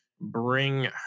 bring